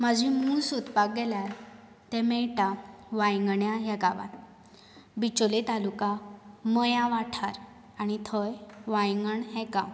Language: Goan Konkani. म्हाजी मूळ सोदपाक गेल्यार ते मेळटा वांयगण्या ह्या गावांन बिचोलें तालुकां मयां वाठार आनी थंय वांयगण हे गांव